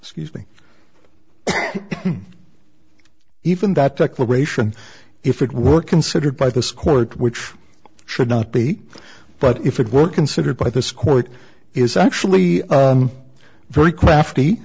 usually even that declaration if it were considered by this court which should not be but if it were considered by this court is actually very crafty